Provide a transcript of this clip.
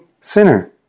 sinner